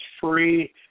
free